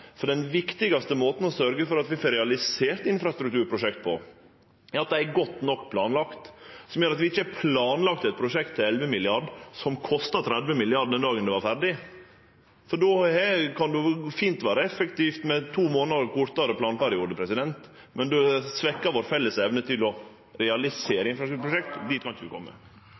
avgjerande. Den viktigaste måten å sørgje for at vi får realisert infrastrukturprosjekt på, er at dei er godt nok planlagde. Det gjer at vi ikkje har planlagt eit prosjekt til 11 mrd. kr som kostar 30 mrd. kr den dagen det er ferdig – for då kan det fint vere effektivt med to månader kortare planperiode. Men å svekkje vår felles evne til å realisere infrastrukturprosjekt – dit kan vi ikkje kome. Statsråden snakket om incentivordningene i